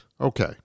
Okay